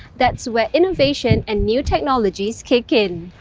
that's where innovation and new technologies kick in.